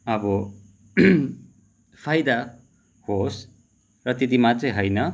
अब फाइदा होस् र त्यति मात्र होइन